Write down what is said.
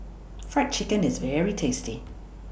Fried Chicken IS very tasty